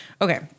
Okay